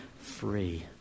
free